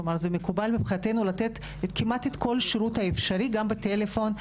כלומר זה מקובל מבחינתנו לתת כמעט את כל השירות האפשרי גם בטלפון,